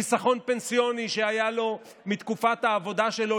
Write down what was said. חיסכון פנסיוני שהיה לו מתקופת העבודה שלו